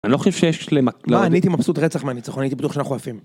אני לא חושב שיש למה אני הייתי מבסוט רצח מהניצחון הייתי בטוח שאנחנו עפים